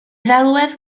ddelwedd